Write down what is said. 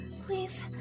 Please